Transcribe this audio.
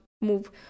move